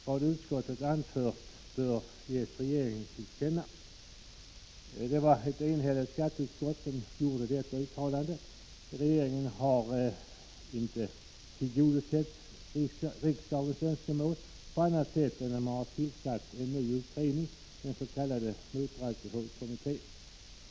Vad utskottet anfört bör ges regeringen till känna.” Ett enhälligt skatteutskott gjorde detta uttalande. Regeringen har inte tillgodosett riksdagens önskemål på annat sätt än genom att tillsätta en ny utredning, den s.k. motoralkoholkommittén.